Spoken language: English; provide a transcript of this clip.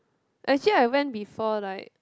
actually I went before like